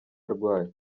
arwaye